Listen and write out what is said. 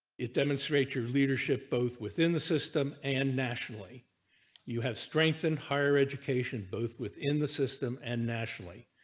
it demonstrates your leadership both within the system and nationally you have strength and higher education both within the system and nationally.